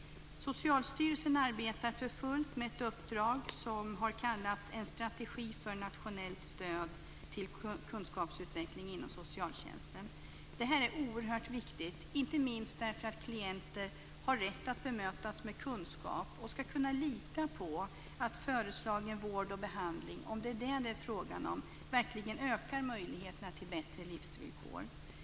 Socialstyrelsen arbetar för fullt med ett uppdrag som kallas en strategi för nationellt stöd till kunskapsutveckling inom socialtjänsten. Det här är oerhört viktigt, inte minst därför att klienter har rätt att bemötas med kunskap och ska kunna lita på att föreslagen vård och behandling - om det är fråga om det - verkligen ökar möjligheterna till bättre livsvillkor.